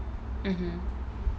mmhmm